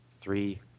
three